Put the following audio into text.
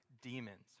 demons